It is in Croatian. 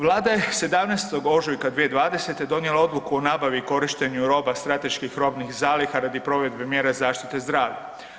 Vlada je 17. ožujka 2020. donijela odluku o nabavi korištenju roba strateških robnih zaliha radi provedbe mjera zaštite zdravlja.